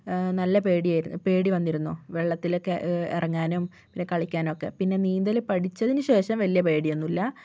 നല്ല പേടിയായിരുന്നു പേടിവന്നിരുന്നു വെള്ളത്തിലൊക്കേ ഇറങ്ങാനും പിന്നേ കളിക്കാനുമൊക്കേ പിന്നേ നീന്തൽ പഠിച്ചതിനുശേഷം വലിയ പേടിയൊന്നുമില്ലാ